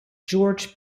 george